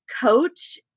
coach